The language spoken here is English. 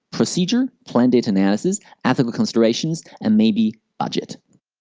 procedure, planned data analysis, ethical considerations, and maybe budget.